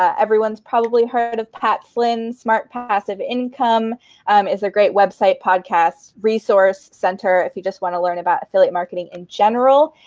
everyone's probably heard of pat flynn's smart passive income is a great website, podcast resource center, if you just want to learn about affiliate marketing in general.